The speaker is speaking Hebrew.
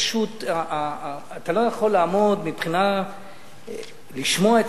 פשוט אתה לא יכול לעמוד ולשמוע את